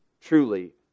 Truly